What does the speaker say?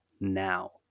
now